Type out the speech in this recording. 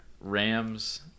Rams